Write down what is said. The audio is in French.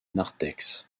narthex